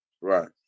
Right